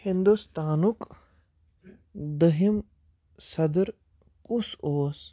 ہِنٛدوستانُک دٔہِم صَدٕر کُس اوس